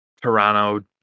Toronto